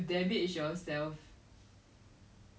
correct not just from you right they will find it from other people